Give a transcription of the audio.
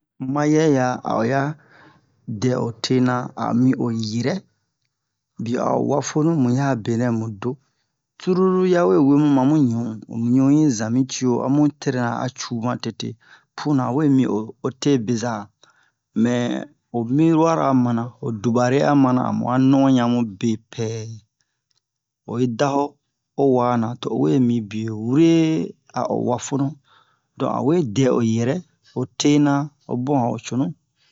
Mayɛ ya a'o ya dɛ o tena a mi o yirɛ biɛ a o wafonu mu ya a benɛ mu do cruru yawe wemu mamu ɲu mu ɲu i zan mi cio amu trena a cu ma tete puna owe mi o ote beza mɛ ho miru'ar a mana ho dubare a mana amu a no'on ya mu bepɛ oyi da ho o wa na to owe mi bio wure a o wafonu don a we dɛ o yɛrɛ o tena o bun a ho cunu